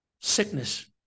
Sickness